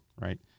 right